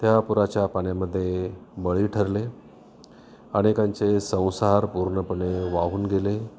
त्या पुराच्या पाण्यामध्ये बळी ठरले अनेकांचे संसार पूर्णपणे वाहून गेले